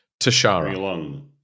Tashara